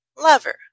lover